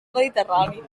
mediterrani